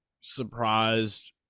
surprised